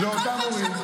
אני אומרת לך,